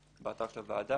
באתר של הוועדה.